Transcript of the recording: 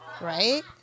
right